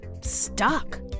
stuck